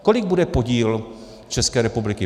Kolik bude podíl České republiky?